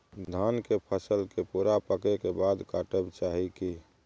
धान के फसल के पूरा पकै के बाद काटब चाही की?